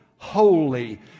holy